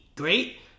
Great